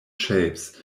shapes